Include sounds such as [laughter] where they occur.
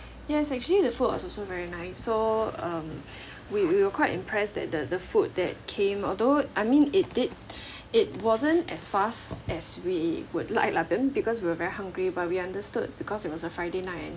yes actually the food was also very nice so um [breath] we we were quite impressed that the the food that came although I mean it did [breath] it wasn't as fast as we would like lah then because we were very hungry but we understood because it was a friday night and